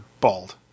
bald